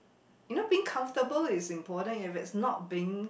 you know being comfortable is important if it's not being